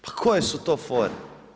Pa koje su to fore?